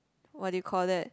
what do you call that